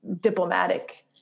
diplomatic